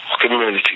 community